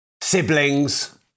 siblings